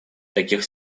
таких